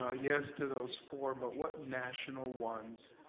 ah yes to those four, but what national ones